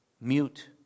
mute